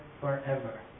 forever